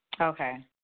Okay